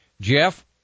Jeff